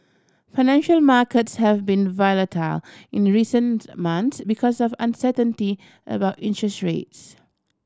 financial markets have been volatile in recent months because of uncertainty about interest rates